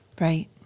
Right